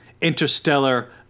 interstellar